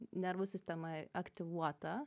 nervų sistema aktyvuota